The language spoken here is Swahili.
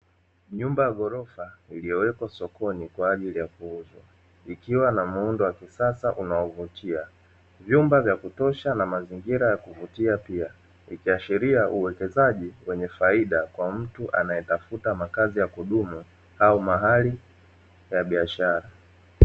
Nyumba ya ghorofa iliyowekwa sokoni kwa ajili ya kuuzwa. Ikiwa na muundo wa kisasa unaovutia, vyumba vya kutosha na mazingira ya kuvutia. Pia vikiashiria uwekezaji wenye faida kwa mtu anayetafuta makazi ya kudumu au mahali pa biashara.